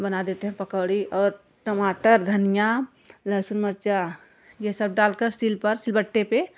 बना देते हैं पकोड़ी और टमाटर धनिया लहसून मिर्चा यह सब डालकर शील पर सीलबट्टे पर